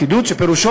קידוד שפירושו,